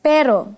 Pero